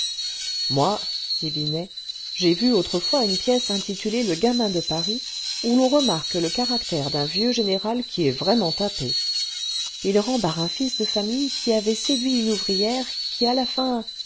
moi dit binet j'ai vu autrefois une pièce intitulée le gamin de paris où l'on remarque le caractère d'un vieux général qui est vraiment tapé il rembarre un fils de famille qui avait séduit une ouvrière qui à la fin